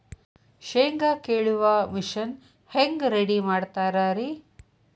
ಶೇಂಗಾ ಕೇಳುವ ಮಿಷನ್ ಹೆಂಗ್ ರೆಡಿ ಮಾಡತಾರ ರಿ?